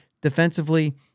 defensively